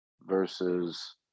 versus